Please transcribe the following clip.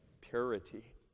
purity